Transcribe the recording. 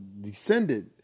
descended